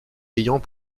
ayant